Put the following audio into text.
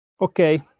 Okay